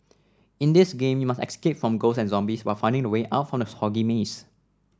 in this game you must escape from ghosts and zombies while finding the way out from the foggy maze